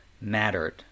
mattered